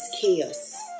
chaos